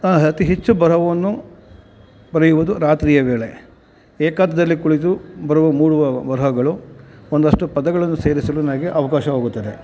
ಅತಿ ಹೆಚ್ಚು ಬರಹವನ್ನು ಬರೆಯುವುದು ರಾತ್ರಿಯ ವೇಳೆ ಏಕಾಂತದಲ್ಲಿ ಕುಳಿತು ಬರುವ ಮೂಡುವ ಬರಹಗಳು ಒಂದಷ್ಟು ಪದಗಳನ್ನು ಸೇರಿಸಲು ನನಗೆ ಅವಕಾಶವಾಗುತ್ತದೆ